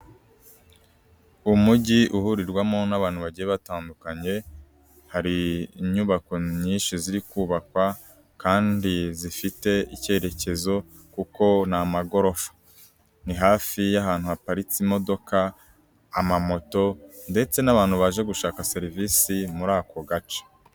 Umujyi uhurirwamo n'abantu bagiye batandukanye, hari inyubako nyinshi ziri kubakwa kandi zifite icyerekezo kuko ni amagorofa, ni hafi y'ahantu haparitse imodoka, amamoto ndetse n'abantu baje gushaka serivisi muri ako gace.